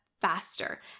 faster